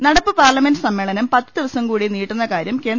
പ്ര നടപ്പ് പാർലമെന്റ് സമ്മേളനും പത്ത് ദിവസം കൂടി നീട്ടുന്ന കാര്യം കേന്ദ്രഗവ